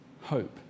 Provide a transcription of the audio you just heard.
hope